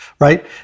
right